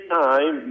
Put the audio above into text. time